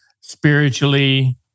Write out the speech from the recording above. spiritually